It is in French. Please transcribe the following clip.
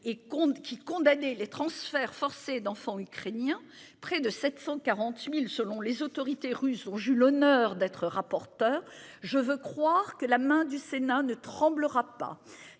qui condamné les transferts forcés d'enfants ukrainiens près de 740.000 selon les autorités russes ont Jules honneur d'être rapporteure je veux. Croire que la main du Sénat ne tremblera pas